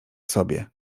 sobie